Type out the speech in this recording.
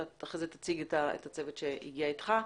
אתה אחר כך תציג את הצוות שהגיע אתך.